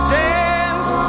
dance